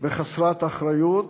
חסרת אחריות,